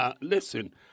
listen